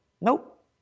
Nope